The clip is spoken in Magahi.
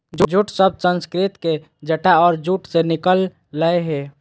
जूट शब्द संस्कृत के जटा और जूट से निकल लय हें